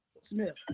smith